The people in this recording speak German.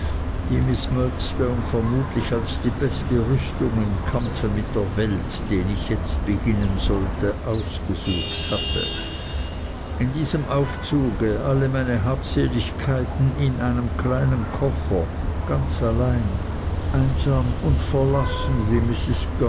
die miß murdstone vermutlich als die beste rüstung im kampfe mit der welt den ich jetzt beginnen sollte ausgesucht hatte in diesem aufzug alle meine habseligkeiten in einem kleinen koffer ganz allein einsam und verlassen wie